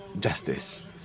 justice